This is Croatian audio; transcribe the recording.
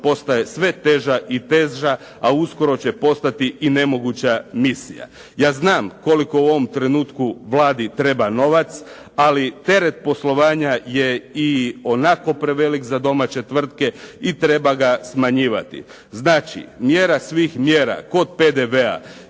postaje sve teža i teža a uskoro će postati i nemoguća misija. Ja znam koliko u ovom trenutku Vladi treba novac ali teret poslovanja je ionako prevelik za domaće tvrtke i treba ga smanjivati. Znači, mjera svih mjera kod PDV-a